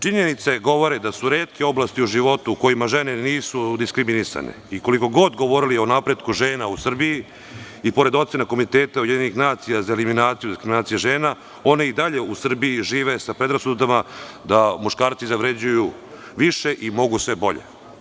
Činjenice govore da su retke oblasti u životu u kojima žene nisu diskriminisane i, koliko god govorili o napretku žena u Srbiji i pored ocena Komiteta UN za eliminaciju diskriminacije žena, one i dalje u Srbiji žive sa predrasudama da muškarci zavređuju više i mogu sve bolje.